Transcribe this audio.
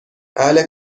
اهل